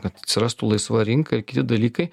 kad atsirastų laisva rinka ir kiti dalykai